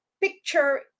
picture